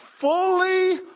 Fully